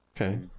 okay